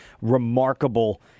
remarkable